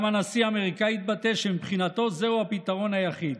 גם הנשיא האמריקני התבטא שמבחינתו זהו הפתרון היחיד.